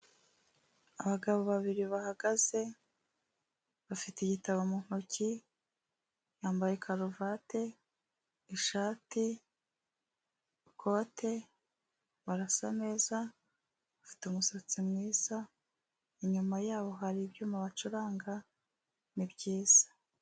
abagabo babiri bahagaze bafite igitabo mu ntoki, bambaye karuvate, ishati, ikote, barasa neza, bafite umusatsi mwiza, inyuma yabo hari ibyuma bacuranga, ni byiza.